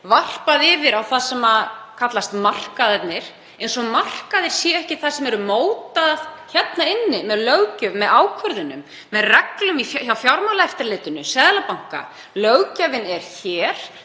varpað yfir á það sem kallast markaðirnir — eins og markaðir séu ekki það sem er mótað hérna inni með löggjöf, með ákvörðunum, með reglum hjá Fjármálaeftirlitinu, Seðlabanka. Löggjafinn er hér.